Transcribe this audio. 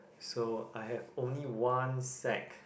so I have only one sack